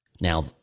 Now